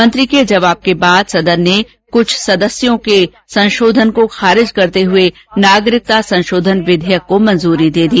मंत्री के जवाब के बाद सदन ने कुछ सदस्यों के संशोधन को खारिज करते हुए नागरिकता संशोधन विधेयक को मंजूरी दे दी